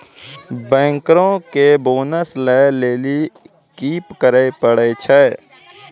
बैंकरो के बोनस लै लेली कि करै पड़ै छै?